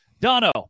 Dono